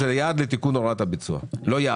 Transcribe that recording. ביטוח לאומי,